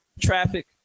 traffic